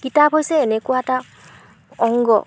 কিতাপ হৈছে এনেকুৱা এটা অংগ